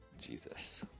Jesus